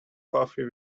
coffee